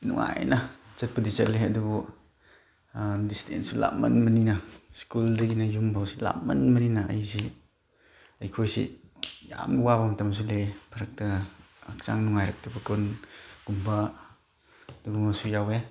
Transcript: ꯅꯨꯡꯉꯥꯏꯅ ꯆꯠꯄꯨꯗꯤ ꯆꯠꯂꯦ ꯑꯗꯨꯕꯨ ꯗꯤꯁꯇꯦꯟꯁꯁꯨ ꯂꯥꯞꯃꯟꯕꯅꯤꯅ ꯁ꯭ꯀꯨꯜꯗꯒꯤꯅ ꯌꯨꯝ ꯐꯥꯎꯁꯤ ꯂꯥꯞꯃꯟꯕꯅꯤꯅ ꯑꯩꯁꯤ ꯑꯩꯈꯣꯏꯁꯤ ꯌꯥꯝ ꯋꯥꯕ ꯃꯇꯝꯁꯨ ꯂꯩ ꯐꯔꯛꯇ ꯍꯛꯆꯥꯡ ꯅꯨꯡꯉꯥꯏꯔꯛꯇꯕ ꯑꯗꯨꯒꯨꯝꯕꯁꯨ ꯌꯥꯎꯋꯦ